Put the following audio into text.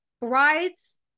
brides